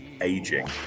aging